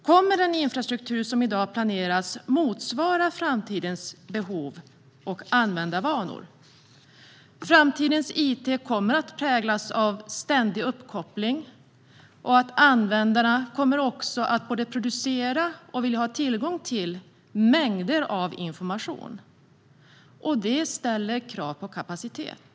Kommer den infrastruktur som i dag planeras att motsvara framtidens behov och användarvanor? Framtidens it kommer att präglas av ständig uppkoppling. Användarna kommer att både producera och vilja ha tillgång till mängder av information. Det ställer krav på kapacitet.